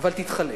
אבל תתחלק.